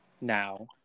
now